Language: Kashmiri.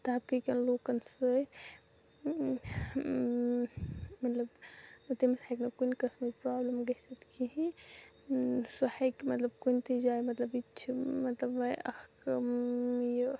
طبقہٕ قٮ۪ن لوٗکَن سۭتۍ مطلب تٔمِس ہیٛکہِ نہٕ کُنہِ قٕسمٕچ پرابلم گٔژھِتھ کِہیٖنۍ سُہ ہیکہِ مطلب کُنہِ تہِ جایہِ مطلب یہِ تہِ چھِ مطلب اَکھ یہِ